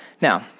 Now